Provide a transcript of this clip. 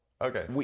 okay